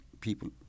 People